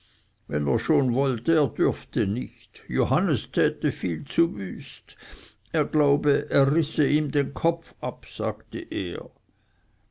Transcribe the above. wenn er schon wollte er dürfte nicht johannes täte viel zu wüst er glaube er risse ihm den kopf ab sagte er